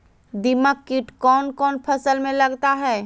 दीमक किट कौन कौन फसल में लगता है?